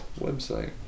website